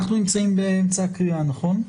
אנחנו נמצאים באמצע הקריאה, נכון?